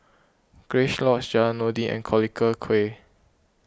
Grace Lodge Jalan Noordin and Collyer Quay